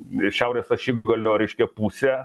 šiaurės ašigalio reiškia pusę